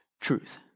truth